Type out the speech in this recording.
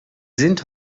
sind